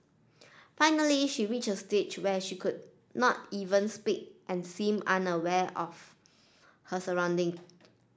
finally she reached a stage when she could not even speak and seemed unaware of her surrounding